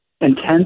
intense